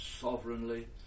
sovereignly